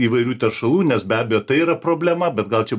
įvairių teršalų nes be abejo tai yra problema bet gal čia